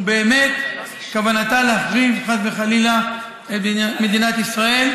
ובאמת בכוונה להחריב, חס וחלילה, את מדינת ישראל.